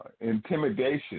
intimidation